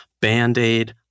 Band-Aid